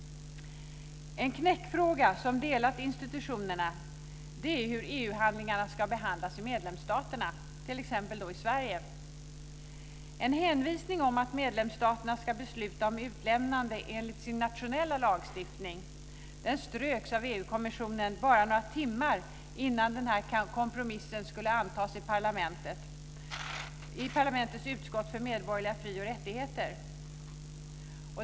En knäckfråga som delat institutionerna är hur EU-handlingar ska behandlas i medlemsstaterna, t.ex. i Sverige. En hänvisning om att medlemsstaterna ska besluta om utlämnande enligt sin nationella lagstiftning ströks av EU-kommissionen bara några timmar innan kompromissen skulle antas i parlamentets utskott för medborgerliga fri och rättigheter.